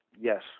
yes